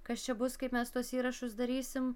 kas čia bus kaip mes tuos įrašus darysim